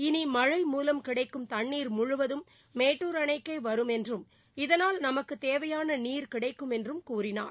இனி மழை மூலம் கிடைக்கும் தண்ணீர் முழுவதும் மேட்டுர் அணைக்கே வரும் என்றும் இதனால் நமக்கு தேவையான நீர் கிடைக்கும் என்றும் கூறினார்